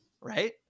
right